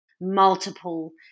Multiple